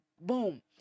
boom